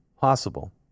possible